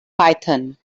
python